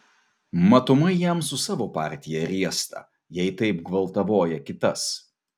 matomai jam su savo partija riesta jei taip gvaltavoja kitas